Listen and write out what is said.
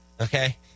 okay